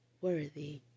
worthy